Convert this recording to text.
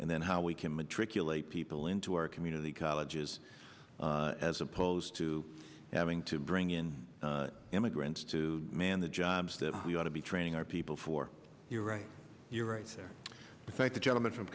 and then how we can matriculate people into our community colleges as opposed to having to bring in immigrants to man the jobs that we ought to be training our people for you're right you're right there but thank the gentleman from